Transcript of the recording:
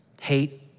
hate